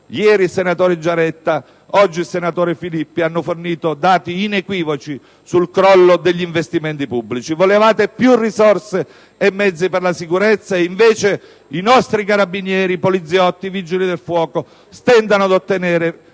(ieri il senatore Giaretta ed oggi il senatore Marco Filippi hanno fornito dati inequivoci sul crollo degli investimenti pubblici); volevate più risorse e mezzi per la sicurezza e invece i nostri carabinieri, poliziotti, vigili del fuoco stentano ad ottenere